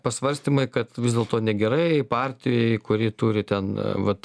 pasvarstymai kad vis dėlto negerai partijai kuri turi ten vat